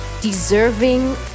deserving